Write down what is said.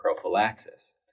prophylaxis